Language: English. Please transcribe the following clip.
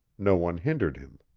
no one hindered him.